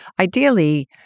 Ideally